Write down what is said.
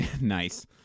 Nice